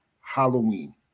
Halloween